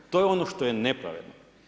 To je ono što je nepravedno.